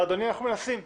אנחנו מנסים.